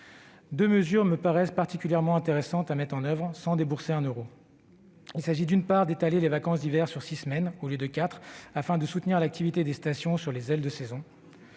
Deux mesures me paraissent particulièrement intéressantes à mettre en oeuvre, sans débourser 1 euro : d'une part, étaler les vacances d'hiver sur six semaines au lieu de quatre, afin de soutenir l'activité des stations sur les « ailes de saison